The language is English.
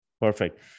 Perfect